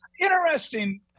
interesting